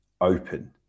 open